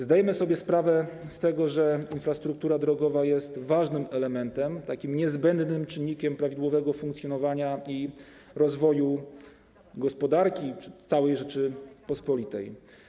Zdajemy sobie sprawę z tego, że infrastruktura drogowa jest ważnym elementem, takim niezbędnym czynnikiem prawidłowego funkcjonowania i rozwoju gospodarki całej Rzeczypospolitej.